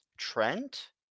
Trent